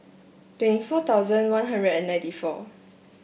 twenty four thousand One Hundred and ninety four